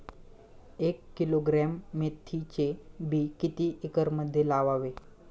एक किलोग्रॅम मेथीचे बी किती एकरमध्ये लावावे?